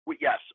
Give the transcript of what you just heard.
yes